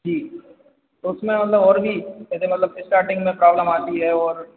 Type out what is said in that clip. जी तो उसमें मतलब और भी जैसे मतलब स्टार्टिंग में प्रॉब्लम आती है और